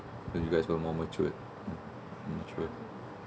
so you guys no more matured matured